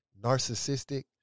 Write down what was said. narcissistic